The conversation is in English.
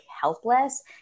helpless